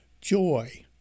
joy